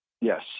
Yes